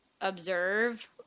observe